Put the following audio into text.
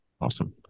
awesome